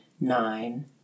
nine